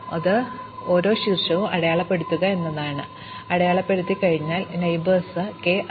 അതിനാൽ ഞങ്ങൾ സന്ദർശിച്ചതായി ഒരു ശീർഷകം അടയാളപ്പെടുത്തുമ്പോൾ അത് അടയാളപ്പെടുത്തിയിരിക്കുന്നു കാരണം ഇത് ഇതിനകം സന്ദർശിച്ച ചില അയൽവാസികളുടെ അയൽവാസിയാണ്